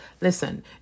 Listen